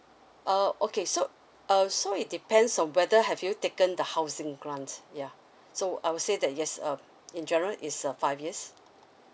uh okay so uh so it depends on whether have you taken the housing grant yeah so I would say that yes um in general it's a five years